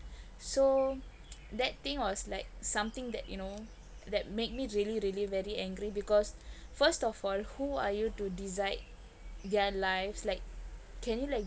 so that thing was like something that you know that made me really really very angry because first of all who are you to decide their lives like can you like